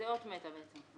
זה אות מתה בעצם?